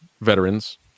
veterans